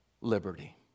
liberty